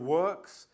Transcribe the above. works